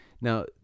Now